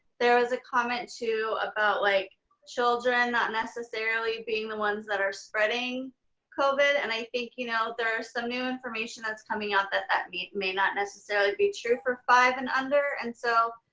there was a comment too about like children not necessarily being the ones that are spreading covid and i think you know there are some new information that's coming out that that may not necessarily be true for five and under. and so,